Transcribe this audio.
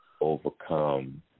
overcome